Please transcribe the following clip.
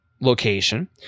location